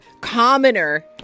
commoner